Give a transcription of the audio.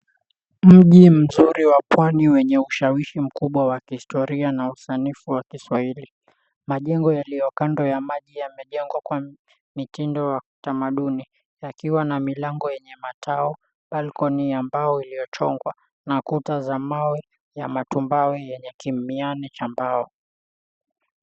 Mji mzuri wa pwani wenye ushawishi mkubwa wa kihistoria na usanifu wa Kiswahili. Majengo yaliyo kando ya maji yamejengwa kwa mitindo ya kitamaduni, yakiwa na milango yenye matao, balcony ya mbao iliyochongwa na kuta za mawe ya matumbao yenye kimiani cha mbao.